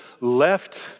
left